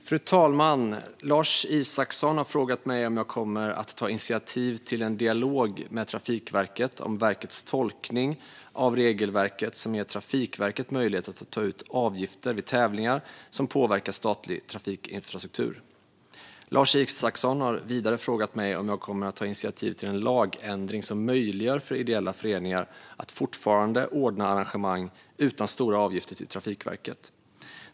Fru talman! Lars Isacsson har frågat mig om jag kommer att ta initiativ till en dialog med Trafikverket om verkets tolkning av det regelverk som ger Trafikverket möjlighet att ta ut avgifter vid tävlingar som påverkar statlig trafikinfrastruktur. Lars Isacsson har vidare frågat mig om jag kommer att ta initiativ till en lagändring som möjliggör för ideella föreningar att fortfarande ordna arrangemang utan stora avgifter till Trafikverket.